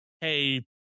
Hey